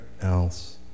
else